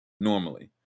normally